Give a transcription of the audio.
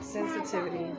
Sensitivity